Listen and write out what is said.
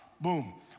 boom